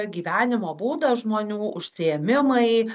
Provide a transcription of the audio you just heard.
gyvenimo būdas žmonių užsiėmimai